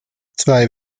zwei